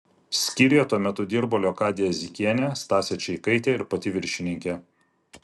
skyriuje tuo metu dirbo leokadija zikienė stasė čeikaitė ir pati viršininkė